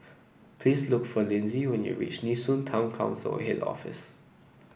please look for Lynsey when you reach Nee Soon Town Council Head Office